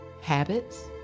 Habits